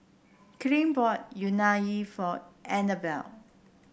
Kylee bought Unagi for Anabel